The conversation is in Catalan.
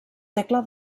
tecla